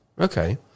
Okay